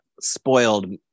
spoiled